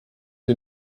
den